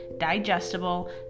digestible